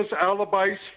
alibis